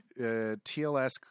TLS